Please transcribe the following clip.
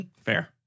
fair